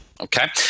Okay